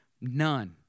None